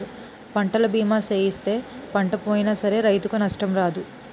పంటల బీమా సేయిస్తే పంట పోయినా సరే రైతుకు నష్టం రాదు